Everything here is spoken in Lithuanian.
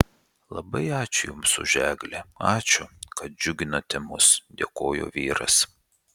labai ačiū jums už eglę ačiū kad džiuginate mus dėkojo vyras